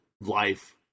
life